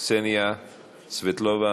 קסניה סבטלובה,